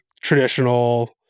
traditional